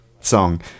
song